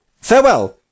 Farewell